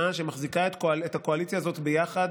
השנאה שמחזיקה את הקואליציה הזאת ביחד,